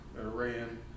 Iran